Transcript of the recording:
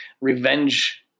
revenge